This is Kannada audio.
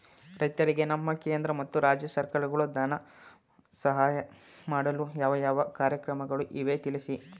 ರೈತರಿಗೆ ನಮ್ಮ ಕೇಂದ್ರ ಮತ್ತು ರಾಜ್ಯ ಸರ್ಕಾರಗಳು ಧನ ಸಹಾಯ ಮಾಡಲು ಯಾವ ಯಾವ ಕಾರ್ಯಕ್ರಮಗಳು ಇವೆ ತಿಳಿಸಿ?